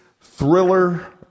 thriller